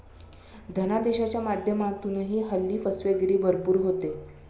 धनादेशाच्या माध्यमातूनही हल्ली फसवेगिरी भरपूर होते